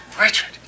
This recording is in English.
Richard